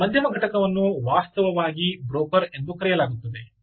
ಈ ಮಧ್ಯಮ ಘಟಕವನ್ನು ವಾಸ್ತವವಾಗಿ ಬ್ರೋಕರ್ ಎಂದು ಕರೆಯಲಾಗುತ್ತದೆ